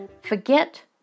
forget